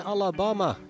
Alabama